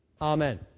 Amen